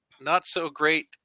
not-so-great